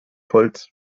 holz